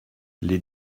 les